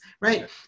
right